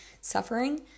suffering